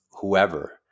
whoever